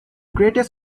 greatest